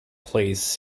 plays